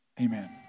amen